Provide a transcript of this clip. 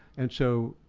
and so,